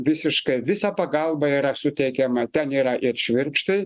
visiškai visa pagalba yra suteikiama ten yra ir švirkštai